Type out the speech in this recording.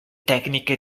tecniche